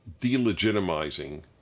delegitimizing